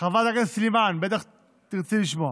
חברת הכנסת סלימאן, בטח תרצי לשמוע,